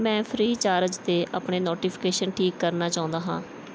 ਮੈਂ FreeCharge 'ਤੇ ਆਪਣੇ ਨੋਟੀਫਿਕੇਸ਼ਨਸ ਠੀਕ ਕਰਨਾ ਚਾਹੁੰਦਾ ਹਾਂ